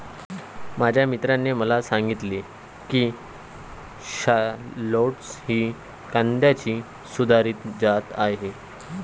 माझ्या मित्राने मला सांगितले की शालॉट्स ही कांद्याची सुधारित जात आहे